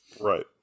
right